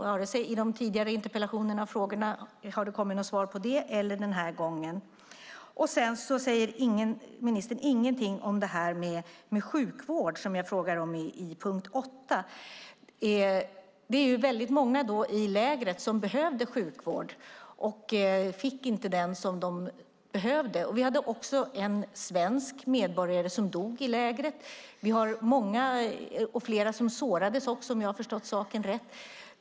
Varken i de tidigare interpellationerna och skriftliga frågorna eller den här gången har det kommit något svar på det. Ministern säger heller ingenting om detta med sjukvård som jag tar upp i fråga 8. Det var väldigt många i lägret som behövde sjukvård men inte fick den som de behövde. Det var också en svensk medborgare som dog i lägret. Det var också flera som sårades, om jag har förstått saken rätt.